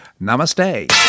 Namaste